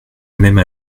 même